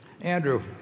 Andrew